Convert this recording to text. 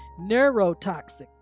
neurotoxic